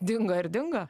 dingo ir dingo